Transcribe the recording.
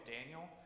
Daniel